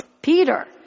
Peter